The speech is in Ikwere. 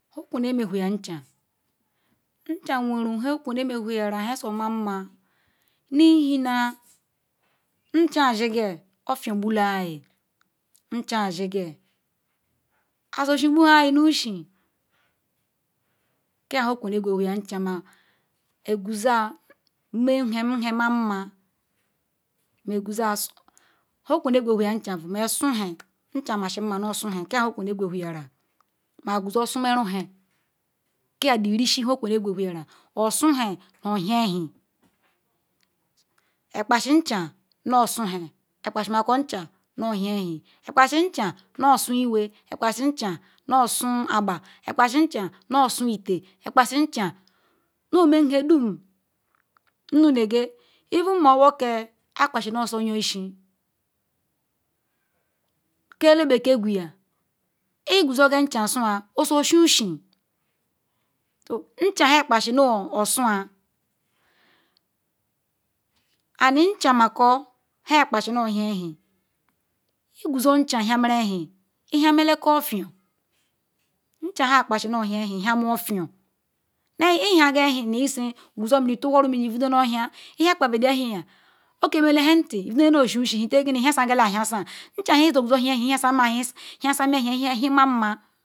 Nhu-kun emehuyaru ncha. Ncha weru nhe kun mehuyara nhe ye manma nk-ihena Ncha dige orpio-gbule anyi, Nchs siga aya-shem-qbu-anwhuanye nu nsjen. kia nhe kum beqweyiana Ncha. eqwuza menhe nhe manma mequiusa sun. Nhe kun begweyiani ncha bu mesunhe. Ncha masinms nu osunhe kia nhe kun eguihiara ma-agwesu sumaru nhe kia bu risi nhe kun beqwehiara. osunhe nu ohiaewhi. ekpasi Ncha nuosunhe ekpasimako Ncha nu ahiaewhi ekpasi Ncha nu suuwe. ekpasi Nchia nusuagha ekpasi Ncha nusuitee elpasi Ncha neme nhedam nu-lrge even ma owoge akpasi nozi oyonshi ke-elegbekee quieta igusogi ncha sua ososenshem Ncha bu nhe ekpasi nosua and Ncha-makor ekpasi nehiae whi. iguzo ncha hiamaraewhi ihiamenekofio. Nchia nhe-ekpasi nuahiaewhi-hiameofio leyi ihiake-euhi nisi quzo mini teihuru mini vedo nahia ihiakpa bedi ehuleiyam oemene nhenfi inidole noshenshen ihetekini ihiasageheya ahiasan Ncha bu nhe igaguzo hiaewhi hiasamaewhi ewhimanma.